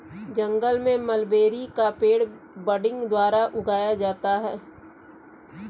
जंगल में मलबेरी का पेड़ बडिंग द्वारा उगाया गया है